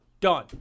Done